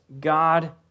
God